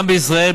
גם בישראל,